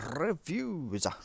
Reviews